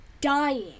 dying